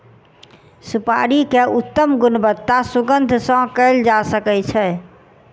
सुपाड़ी के उत्तम गुणवत्ता सुगंध सॅ कयल जा सकै छै